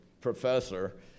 professor